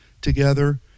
together